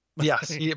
Yes